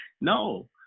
no